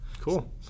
Cool